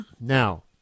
now